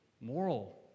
moral